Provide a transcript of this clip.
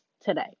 today